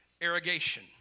irrigation